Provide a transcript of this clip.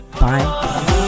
bye